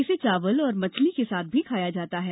इसे चावल और मछली के साथ भी खाया जाता है